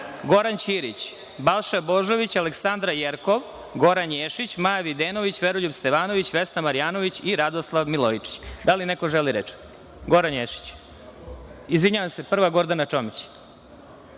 Goran Ćirić, Balša Božović, Aleksandra Jerkov, Goran Ješić, Maja Videnović, Veroljub Stevanović, Vesna Marjanović i Radoslav Milojičić. Da li neko želi reč? Reč ima Gordana Čomić.